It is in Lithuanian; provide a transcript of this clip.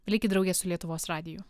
likit drauge su lietuvos radiju